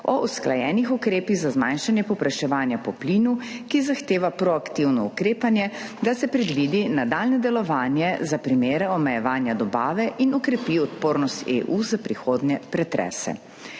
o usklajenih ukrepih za zmanjšanje povpraševanja po plinu, ki zahteva proaktivno ukrepanje, da se predvidi nadaljnje delovanje za primere omejevanja dobave in okrepi odpornost EU za prihodnje pretrese.